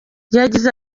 yagize